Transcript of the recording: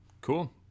cool